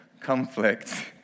conflict